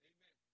Amen